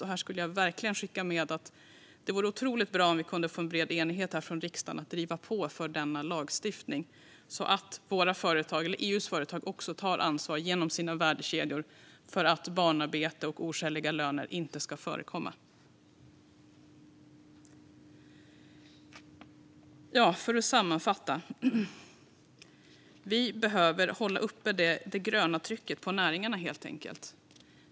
Och jag vill verkligen skicka med att det vore otroligt bra om vi kunde få en bred enighet från riksdagen om att driva på för denna lagstiftning, så att EU:s företag också tar ansvar genom sina värdekedjor för att barnarbete och oskäliga löner inte ska förekomma. Jag ska sammanfatta. Vi behöver helt enkelt hålla uppe det gröna trycket på näringarna.